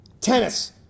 Tennis